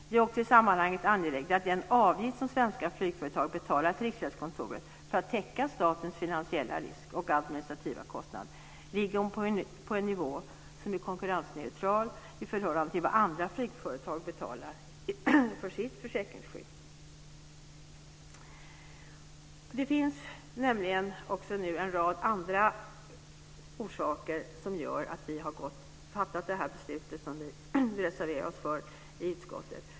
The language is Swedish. Det är också i sammanhanget angeläget att den avgift som svenska flygföretag betalar till Riksgäldskontoret för att täcka statens finansiella risk och administrativa kostnad ligger på en nivå som är konkurrensneutral i förhållande till vad andra flygföretag betalar för sitt försäkringsskydd. Det finns nämligen också en rad andra orsaker till att vi har fattat det beslut som vi har reserverat oss för i utskottet.